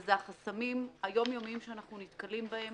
שזה החסמים היום יומיים שאנחנו נתקלים בהם